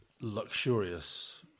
luxurious